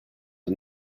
the